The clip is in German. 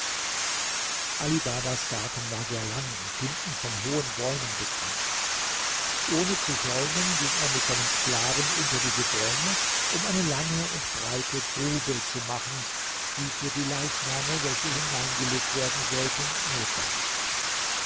ali babas garten war sehr lang und hinten von hohen bäumen begrenzt ohne zu säumen ging er mit seinem sklaven unter diese bäume um eine lange und breite grube zu machen wie für die leichname welche hineingelegt werden sollten notwendig war